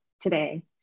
today